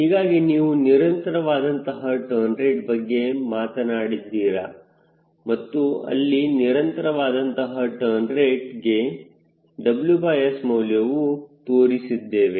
ಹೀಗಾಗಿ ನೀವು ನಿರಂತರವಾದಂತಹ ಟರ್ನ್ ರೇಟ್ ಬಗ್ಗೆ ಮಾತನಾಡಿದ್ದೀರಾ ಮತ್ತು ಅಲ್ಲಿ ನಿರಂತರವಾದಂತಹ ಟರ್ನ್ ರೇಟ್ ಗೆ WS ಮೌಲ್ಯವು ತೋರಿಸಿದ್ದೇವೆ